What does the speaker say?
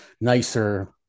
nicer